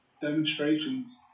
demonstrations